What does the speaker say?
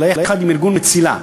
אלא יחד עם ארגון מציל"ה,